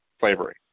slavery